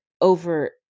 over